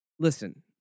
Listen